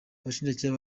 abashinjacyaha